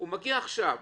הוא מגיע עכשיו,